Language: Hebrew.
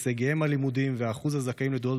הישגיהם הלימודיים ואחוז הזכאים לתעודות